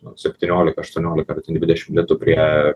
nu septyniolika aštuoniolika ar ten dvidešim litų prie